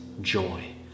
joy